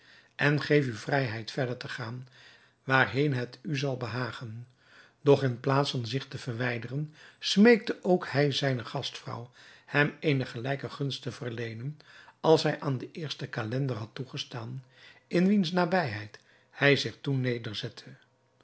en geef u vrijheid te gaan waarheen het u zal behagen doch in plaats van zich te verwijderen smeekte ook hij zijne gastvrouw hem eene gelijke gunst te verleenen als zij aan den eersten calender had toegestaan in wiens nabijheid hij zich